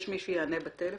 יש מי שיענה בטלפון?